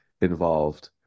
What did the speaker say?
involved